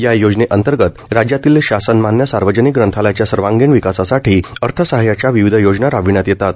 या योजनेंतर्गत राज्यातील शासनमान्य सार्वजनिक ग्रंथालयांच्या सर्वांगीण विकासासाठी अर्थसहाय्याच्या विविध योजना राबविण्यात येतात